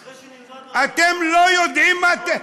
אחרי שנלמד מהעולם, נלמד מהעולם